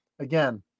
Again